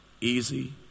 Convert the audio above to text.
easy